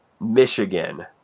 Michigan